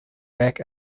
back